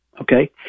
okay